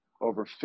over